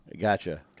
Gotcha